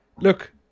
look